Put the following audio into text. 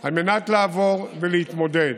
על מנת לעבור ולהתמודד.